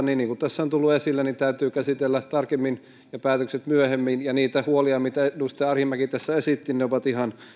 niin kuin tässä on tullut esille täytyy käsitellä tarkemmin ne päätökset myöhemmin ja ne huolet mitä edustaja arhinmäki tässä esitti ovat ihan